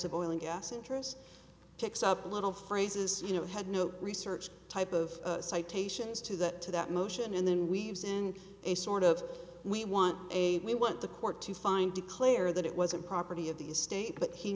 of oil and gas interest picks up little phrases you had no research type of citations to that to that motion and then weaves in a sort of we want a we want the court to find declare that it was a property of the state but he